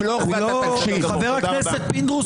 חבר הכנסת פינדרוס,